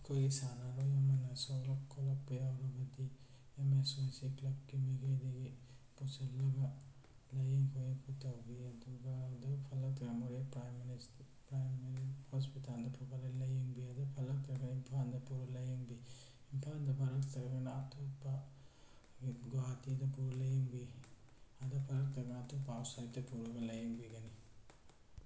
ꯑꯩꯈꯣꯏꯒꯤ ꯁꯥꯟꯅꯔꯣꯏ ꯑꯃꯅ ꯁꯣꯛꯂꯛ ꯈꯣꯠꯂꯛꯄ ꯌꯥꯎꯔꯕꯗꯤ ꯑꯦꯝ ꯑꯦꯁ ꯀ꯭ꯂꯕꯀꯤ ꯃꯥꯏꯀꯩꯗꯒꯤ ꯄꯨꯁꯜꯂꯒ ꯂꯥꯏꯌꯦꯡ ꯈꯣꯌꯦꯡꯕ ꯇꯧꯕꯤ ꯑꯗꯨꯒ ꯑꯗꯨ ꯐꯠꯂꯛꯇ꯭ꯔ ꯃꯣꯔꯦ ꯄ꯭ꯔꯥꯏꯃꯥꯔꯤ ꯍꯣꯁꯄꯤꯇꯥꯜꯗ ꯄꯨꯈꯠꯂꯒ ꯂꯥꯏꯌꯦꯡꯕꯤꯔꯒ ꯐꯒꯠꯂꯛꯇ꯭ꯔꯗꯤ ꯏꯝꯐꯥꯜꯗ ꯄꯨꯔ ꯂꯥꯏꯌꯦꯡꯕꯤ ꯏꯝꯐꯥꯜꯗ ꯐꯠꯂꯛꯇ꯭ꯔꯒꯅ ꯑꯇꯣꯞꯄ ꯑꯩꯈꯣꯏ ꯒꯨꯍꯥꯇꯤꯗ ꯄꯨꯔ ꯂꯥꯏꯌꯦꯡꯕꯤ ꯑꯗ ꯐꯠꯂꯛꯇ꯭ꯔꯒ ꯑꯇꯣꯞꯄ ꯑꯥꯎꯠꯁꯥꯏꯠꯇ ꯄꯨꯔꯒ ꯂꯥꯏꯌꯦꯡꯕꯤꯒꯅꯤ